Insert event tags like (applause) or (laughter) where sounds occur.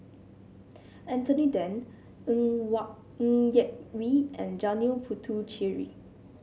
Anthony Then Ng (unintelligible) Ng Yak Whee and Janil Puthucheary